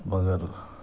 مگر